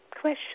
question